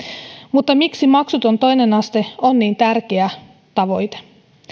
mutta miksi maksuton toinen aste on niin tärkeä tavoite